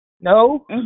no